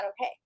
okay